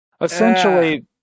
Essentially